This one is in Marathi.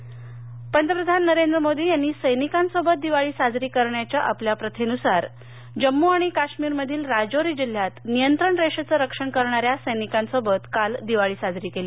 मोदी दिवाळी पंतप्रधान नरेंद्र मोदी यांनी सैनिकांसोबत दिवाळी साजरी करण्याच्या आपल्या प्रथेनुसार जम्मू आणि काश्मीरमधील राजौरी जिल्ह्यात नियंत्रण रेषेचं रक्षण करणाऱ्या सैनिकांसोबत काल दिवाळी साजरी केली